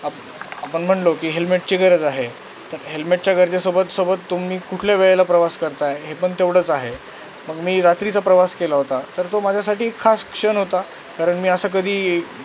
आप आपण म्हणालो की हेल्मेटची गरज आहे तर हेल्मेटच्या गरजेसोबत सोबत तुम्ही कुठल्या वेळेला प्रवास करताय हे पण तेवढंच आहे मग मी रात्रीचा प्रवास केला होता तर तो माझ्यासाठी खास क्षण होता कारण मी असं कधी